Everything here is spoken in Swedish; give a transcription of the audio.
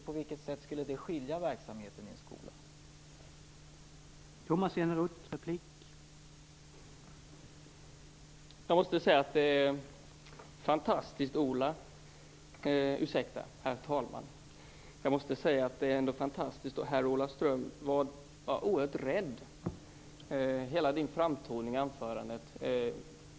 På vilket sätt skulle dessa verksamheter skilja sig från verksamheten i en skola?